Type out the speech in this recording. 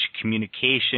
communication